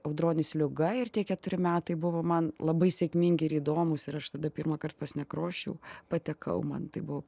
audronis liuga ir tie keturi metai buvo man labai sėkmingi ir įdomūs ir aš tada pirmąkart pas nekrošių patekau man tai buvo